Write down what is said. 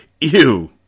Ew